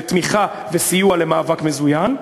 תמיכה וסיוע למאבק מזוין,